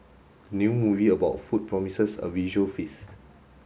the new movie about food promises a visual feast